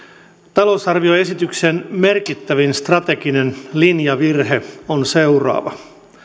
talousarvioesityksen merkittävin strateginen linjavirhe on seuraava